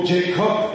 Jacob